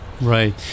Right